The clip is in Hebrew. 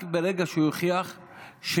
רק ברגע שהוא הוכיח שהוא